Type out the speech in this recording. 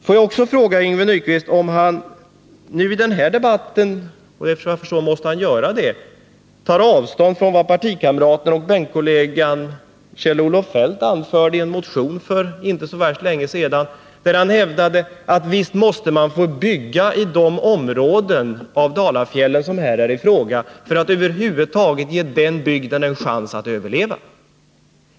Får jag också fråga Yngve Nyquist om han i den här debatten tar avstånd från — efter vad jag förstår måste han göra det — vad partikamraten Kjell-Olof Feldt för inte så värst länge sedan anförde i en motion, där han hävdade att man måste få bygga i de områden av Dalafjällen som här är i fråga för att över huvud taget ge den bygden en chans att överleva.